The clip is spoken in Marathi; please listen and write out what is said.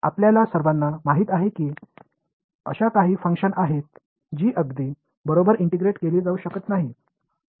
आपल्या सर्वांना माहित आहे की अशी काही फंक्शन आहेत जी अगदी बरोबर इंटिग्रेट केली जाऊ शकत नाहीत